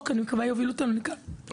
אני מקווה שהחוק יוביל אותנו לקראת זה.